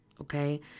Okay